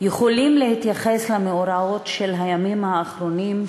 יכולים להתייחס למאורעות של הימים האחרונים,